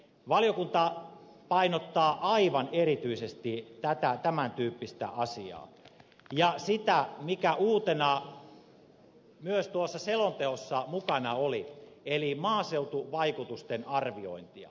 valiokunta painottaa aivan erityisesti tätä tämän tyyppistä asiaa ja sitä mikä uutena myös tuossa selonteossa mukana oli eli maaseutuvaikutusten arviointia